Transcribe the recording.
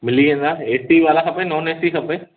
मिली वेंदा A C वारा खपनि नॉन ऐ सी खपे